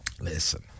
Listen